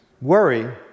Worry